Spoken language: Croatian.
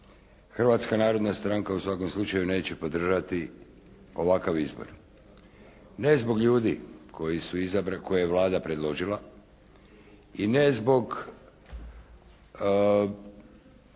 Hrvatska narodna stranka u svakom slučaju neće podržati ovakav izbor. Ne zbog ljudi koji je Vlada predložila i ne zbog